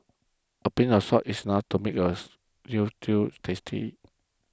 a pinch of salt is enough to make a Veal Stew tasty